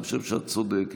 ואני חושב שאת צודקת.